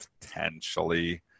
potentially